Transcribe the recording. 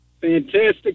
fantastic